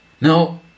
Now